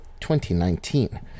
2019